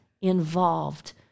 involved